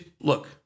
look